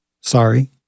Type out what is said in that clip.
Sorry